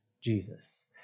Jesus